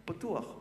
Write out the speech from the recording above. פתוח.